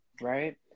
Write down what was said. Right